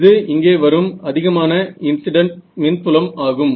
இது இங்கே வரும் அதிகமான இன்ஸிடன்ட் மின்புலம் ஆகும்